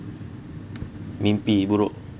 mimpi buruk